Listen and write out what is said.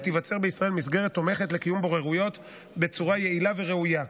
ותיווצר בישראל מסגרת תומכת לקיום בוררויות בצורה יעילה וראויה,